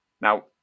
Now